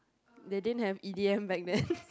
they didn't have e_d_m back then